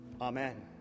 Amen